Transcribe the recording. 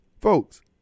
folks